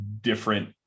different